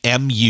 mu